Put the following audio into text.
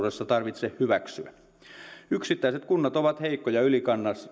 tulevaisuudessa tarvitse hyväksyä yksittäiset kunnat ovat heikkoja ylikansallisten